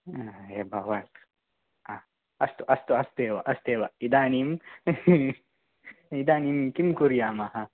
ए भवान् हा अस्तु अस्तु अस्तु एव अस्तु एव इदानीम् इदानीं किं कुर्यामः